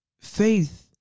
faith